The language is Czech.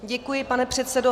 Děkuji, pane předsedo.